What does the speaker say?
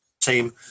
team